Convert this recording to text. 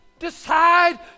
decide